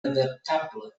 adaptable